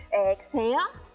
exhale,